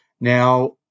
Now